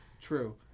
True